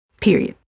Period